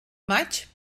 maig